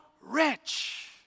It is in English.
rich